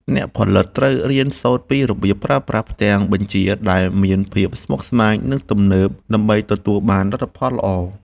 អ្នកផលិតត្រូវរៀនសូត្រពីរបៀបប្រើប្រាស់ផ្ទាំងបញ្ជាដែលមានភាពស្មុគស្មាញ និង ទំនើបដើម្បីទទួលបានលទ្ធផលល្អ។